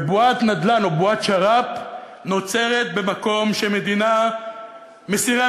בועת נדל"ן או בועת שר"פ נוצרת במקום שמדינה מסירה